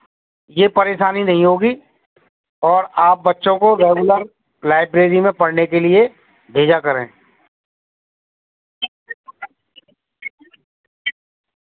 यह परेशानी नहीं होगी और आप बच्चों को रेग्युलर लाइब्रेरी में पढ़ने के लिए भेजा करें